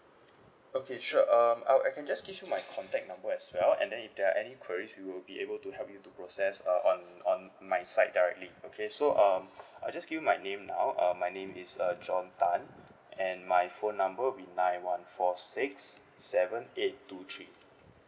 okay sure um I'll I can just give you my contact number as well and then if there are any queries we will be able to help you to process uh on on my side directly okay so um I just give you my name now um my name is uh john tan and my phone number will be nine one four six seven eight two three